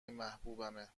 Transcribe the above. محبوبمه